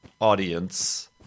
audience